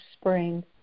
spring